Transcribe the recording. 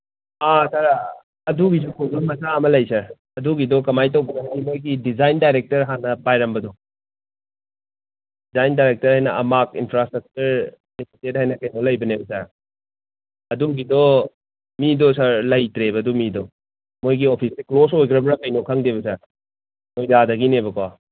ꯑꯥ sir ꯑꯗꯨꯒꯤꯁꯨ problem ꯃꯆꯥ ꯑꯃ ꯂꯩ ꯁꯥꯔ ꯑꯗꯨꯒꯤꯗꯣ ꯀꯃꯥꯏ ꯇꯧꯕꯅꯣ ꯍꯥꯏꯔꯗꯤ ꯃꯣꯏꯒꯤ ꯗꯤꯖꯥꯏꯟ ꯗꯥꯏꯔꯦꯛꯇꯔ ꯍꯥꯟꯅ ꯄꯥꯏꯔꯝꯕꯗꯣ ꯗꯤꯖꯥꯏꯟ ꯗꯥꯏꯔꯦꯛꯇꯔ ꯍꯥꯏꯅ ꯑꯃꯥꯛ ꯏꯟꯐ꯭ꯔꯥ ꯏꯁꯇ꯭ꯔꯛꯆꯔ ꯂꯤꯃꯤꯇꯦꯠ ꯍꯥꯏꯅ ꯀꯩꯅꯣ ꯂꯩꯕꯅꯦꯕ ꯁꯥꯔ ꯑꯗꯨꯒꯤꯗꯣ ꯃꯤꯗꯣ ꯁꯥꯔ ꯂꯩꯇ꯭ꯔꯦꯕ ꯑꯗꯨ ꯃꯤꯗꯣ ꯃꯣꯏꯒꯤ ꯑꯣꯐꯤꯁꯁꯦ ꯀ꯭ꯂꯣꯁ ꯑꯣꯏꯈ꯭ꯔꯕꯔꯥ ꯀꯩꯅꯣ ꯈꯪꯗꯦꯕ ꯁꯥꯔ ꯅꯣꯏꯗꯥꯗꯒꯤꯅꯦꯕꯀꯣ